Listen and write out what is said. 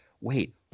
wait